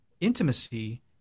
intimacy